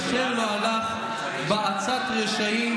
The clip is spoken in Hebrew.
"אשרי האיש אשר לא הלך בעצת רשעים